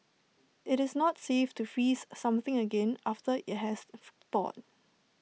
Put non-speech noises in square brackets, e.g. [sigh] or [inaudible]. it's not safe to freeze something again after IT has [noise] thawed